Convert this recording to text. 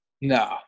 No